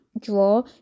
draw